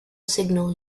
signal